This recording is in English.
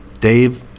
Dave